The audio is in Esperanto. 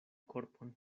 korpon